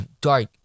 dark